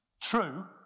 true